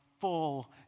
full